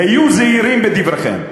היו זהירים בדבריכם.